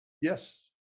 yes